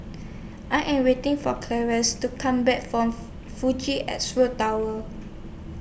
I Am waiting For Claudia's to Come Back from Fuji Xerox Tower